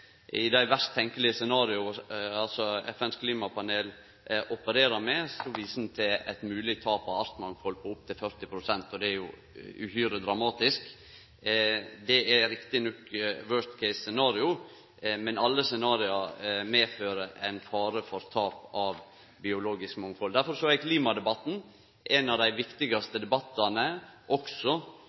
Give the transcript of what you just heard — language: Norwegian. I dei verst tenkjelege scenarioa som FNs klimapanel opererer med, viser ein til eit mogleg tap av mangfald av artar på opptil 40 pst., og det er uhyre dramatisk. Det er rett nok «worst case»-scenario, men alle scenario medfører ein fare for tap av biologisk mangfald. Derfor er klimadebatten ein av dei viktigaste debattane også